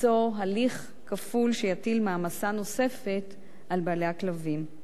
הליך כפול שיטיל מעמסה נוספת על בעלי הכלבים.